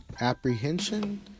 apprehension